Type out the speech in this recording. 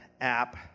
app